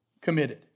committed